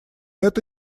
это